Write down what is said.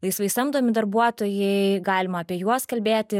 laisvai samdomi darbuotojai galima apie juos kalbėti